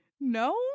No